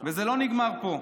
זה לא נגמר פה.